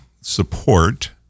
support